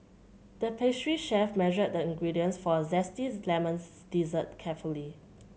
the pastry chef measured the ingredients for a zesty lemons dessert carefully